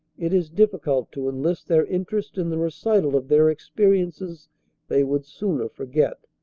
it is difficult to enlist their interest in the recital of their experiences they would sooner forget.